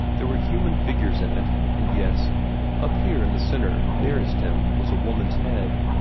there were human figures in it, and yes up here in the centre, nearest him, was a woman's head.